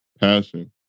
passion